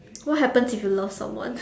what happens if you lost someone